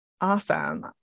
Awesome